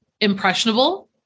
impressionable